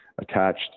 attached